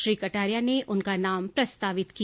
श्री कटारिया ने उनका नाम प्रस्तावित किया